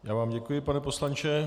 Já vám děkuji, pane poslanče.